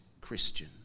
Christian